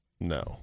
No